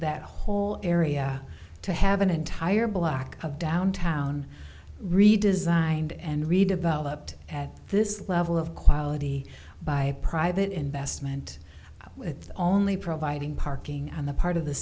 that whole area to have an entire block of downtown redesigned and redeveloped at this level of quality by a private investment with only providing parking on the part of the